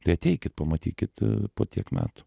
tai ateikit pamatykit po tiek metų